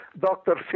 Dr